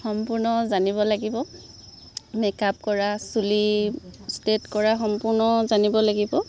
সম্পূৰ্ণ জানিব লাগিব মেকআপ কৰা চুলি ষ্টেট কৰা সম্পূৰ্ণ জানিব লাগিব